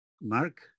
Mark